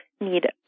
need